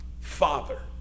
father